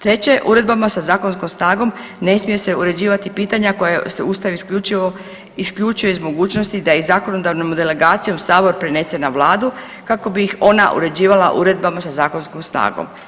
Treće, uredbama sa zakonskom snagom ne smije se uređivati pitanja koja Ustav isključuje iz mogućnosti da i zakonodavnom delegacijom Sabor prenese na Vladu kako bi ih ona uređivala uredbama sa zakonskom snagom.